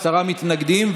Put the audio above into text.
עשרה מתנגדים,